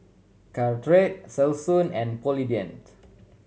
Caltrate Selsun and Polident